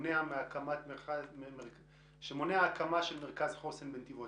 שמונע הקמה של מרכז חוסן בנתיבות?